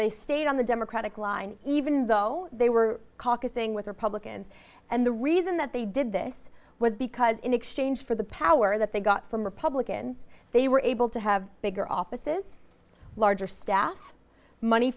they stayed on the democratic line even though they were caucusing with republicans and the reason that they did this was because in exchange for the power that they got from republicans they were able to have bigger offices larger staff money